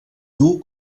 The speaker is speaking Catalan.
dur